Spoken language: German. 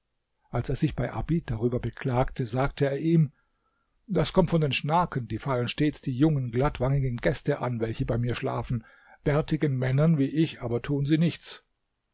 als er sich bei abid darüber beklagte sagte er ihm das kommt von den schnaken die fallen stets die jungen glattwangigen gäste an welche bei mir schlafen bärtigen männern wie ich aber tun sie nichts